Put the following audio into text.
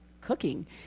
cooking